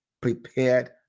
prepared